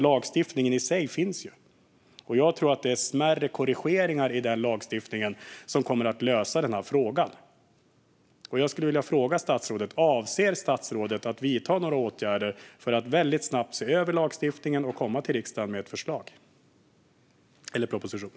Lagstiftningen i sig finns ju. Jag tror att smärre korrigeringar i lagstiftningen kommer att lösa frågan. Jag skulle vilja fråga statsrådet: Avser statsrådet att vidta åtgärder för att väldigt snabbt se över lagstiftningen och komma till riksdagen med en proposition?